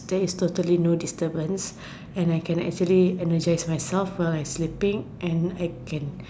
there is totally no disturbance and I can actually energize myself so like sleeping and I can